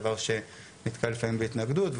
דבר שנתקל לפעמים בהתנגדות,